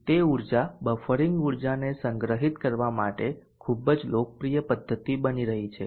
તે ઉર્જા બફરિંગ ઉર્જાને સંગ્રહિત કરવા માટે ખૂબ જ લોકપ્રિય પદ્ધતિ બની રહી છે